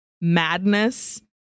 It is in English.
madness